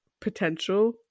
potential